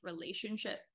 relationship